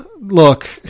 Look